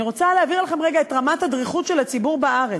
אני רוצה להעביר לכם רגע את רמת הדריכות של הציבור בארץ,